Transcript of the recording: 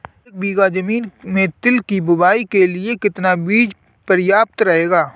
एक बीघा ज़मीन में तिल की बुआई के लिए कितना बीज प्रयाप्त रहेगा?